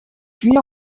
puis